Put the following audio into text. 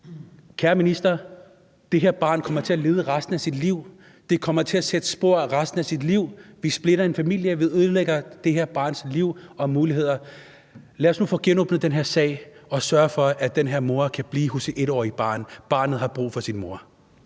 Kære Minister, det her barn kommer til at lide resten af sit liv, det kommer til at sætte spor i resten af barnets liv, vi splitter en familie, vi ødelægger det her barns liv og muligheder. Lad os nu få genåbnet den her sag og sørge for, at den her mor kan blive hos sit 1-årige barn. Barnet har brug for sin mor.